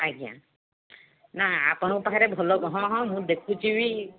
ଆଜ୍ଞା ନା ଆପଣଙ୍କ ପାଖରେ ଭଲ ହଁ ହଁ ମୁଁ ଦେଖୁଛି ବି